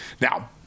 Now